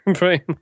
Right